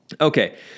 Okay